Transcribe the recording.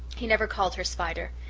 he never called her spider.